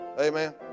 Amen